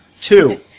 Two